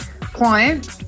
client